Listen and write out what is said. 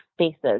spaces